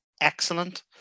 excellent